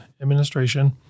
administration